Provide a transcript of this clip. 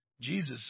Jesus